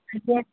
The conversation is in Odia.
ଆଜ୍ଞା